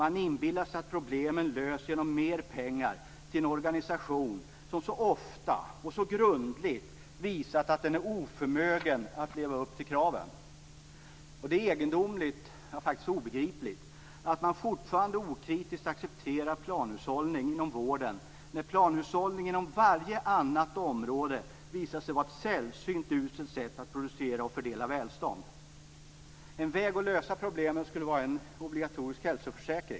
Man inbillar sig att problemen löses genom mera pengar till en organisation som så ofta och så grundligt har visat att den är oförmögen att leva upp till kraven. Det är egendomligt - ja, faktiskt obegripligt - att man fortfarande okritiskt accepterar planhushållning inom vården när planhushållning inom varje annat område visat sig vara ett sällsynt uselt sätt att producera och fördela välstånd.